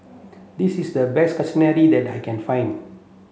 this is the best Kushiyaki that I can find